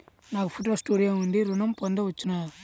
నాకు photo studio ఉంది ఋణం పొంద వచ్చునా?